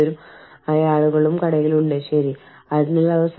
ചിലപ്പോൾ വിവിധ രാജ്യങ്ങളിലെ താമസങ്ങൾ സംയോജിപ്പിക്കാൻ നിങ്ങൾ തീരുമാനിച്ചേക്കാം